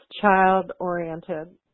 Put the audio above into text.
child-oriented